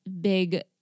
big